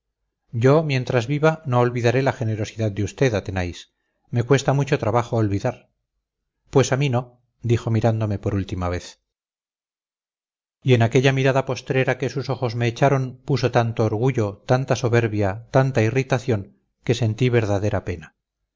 yo mientras viva no olvidaré la generosidad de usted athenais me cuesta mucho trabajo olvidar pues a mí no dijo mirándome por última vez y en aquella mirada postrera que sus ojos me echaron puso tanto orgullo tanta soberbia tanta irritación que sentí verdadera pena